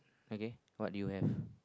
okay what you have